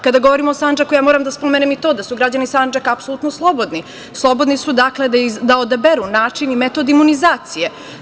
Kada govorim o Sandžaku moram da spomenem i to da su građani Sandžaka apsolutno slobodni, slobodnu su da odaberu način i metod imunizacije.